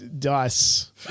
Dice